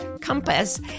compass